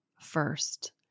first